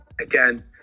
again